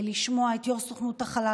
לשמוע את יו"ר סוכנות החלל.